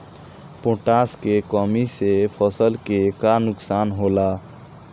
Potash के कमी से फसल के का नुकसान होला?